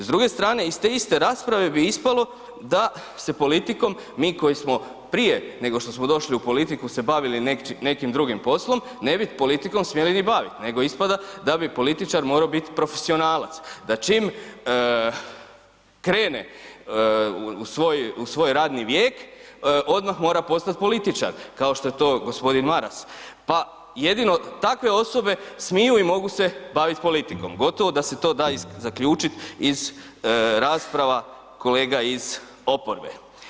S druge strane, iz te iste rasprave bi ispalo da se politikom mi koji smo prije nego što došli u politiku se bavili nekim drugim poslom, ne bi politikom smjeli ni bavit nego ispada da bi političar morao bit profesionalac, da čim krene u svojoj radni vijek, odmah mora postat političar kao što je to g. Maras pa jedino takve osobe smiju i mogu se baviti politikom, gotovo da se to da i zaključit iz rasprava kolega iz oporbe.